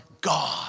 God